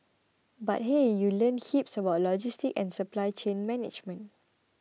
but hey you learn heaps about logistics and supply chain management